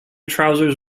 trousers